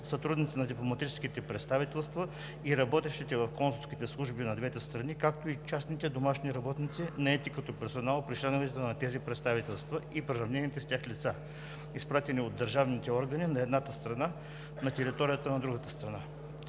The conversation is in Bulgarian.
сътрудниците на дипломатическите представителства и работещите в консулските служби на двете страни, както и частните домашни работници, наети като персонал при членовете на тези представителства и приравнените с тях лица, изпратени от държавните органи на едната страна на територията на другата страна.